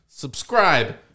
Subscribe